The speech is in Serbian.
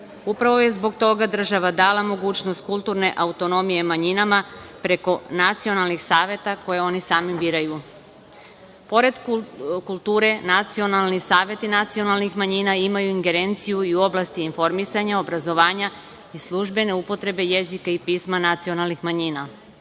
Upravo je zbog toga država dala mogućnost kulturne autonomije manjinama preko nacionalnih saveta koje oni sami biraju. Pored kulture, nacionalni saveti nacionalnih manjina imaju ingerenciju i u oblasti informisanja, obrazovanja i službene upotrebe jezika i pisma nacionalnih manjina.